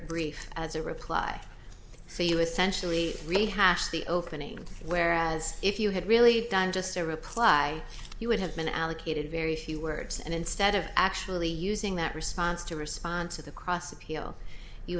brief as a reply so you essentially rehash the opening whereas if you had really done just a reply you would have been allocated very few words and instead of actually using that response to respond to the cross appeal you